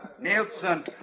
Nielsen